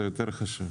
זה יותר חשוב.